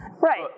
Right